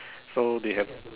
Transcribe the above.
so they have to